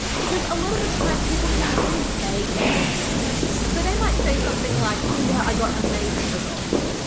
because a lot of the time people can be really vague in their answers. so they might say something like, oh yeah, i got amazing results.